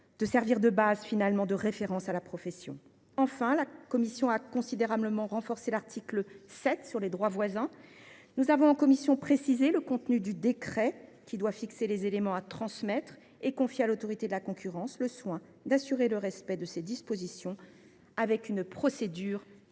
serve de base de référence à la profession. Enfin, la commission a considérablement renforcé l’article 7 sur les droits voisins. Nous avons précisé le contenu du décret qui doit fixer les éléments à transmettre et confié à l’Autorité de la concurrence le soin d’assurer le respect de ces dispositions par une procédure